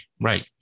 right